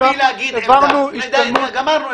די, גמרנו.